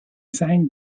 sein